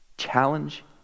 Challenge